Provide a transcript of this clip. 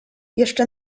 jeszcze